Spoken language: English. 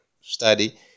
study